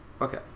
okay